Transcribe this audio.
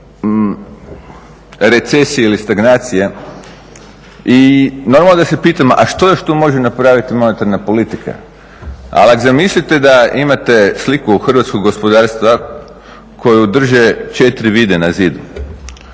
recesije ili stagnacije i normalno da se pitamo, a što još tu može napraviti monetarna politika? Ali ako zamislite da imate sliku hrvatskog gospodarstva koju drže četiri vide na zidu,